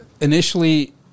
initially